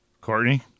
Courtney